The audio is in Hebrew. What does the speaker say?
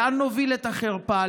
לאן נוביל את החרפה?